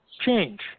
change